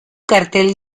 cartel